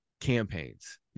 campaigns